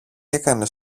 έκανες